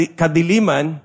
kadiliman